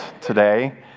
today